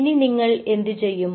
ഇനി നിങ്ങൾ എന്തു ചെയ്യും